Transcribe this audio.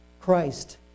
Christ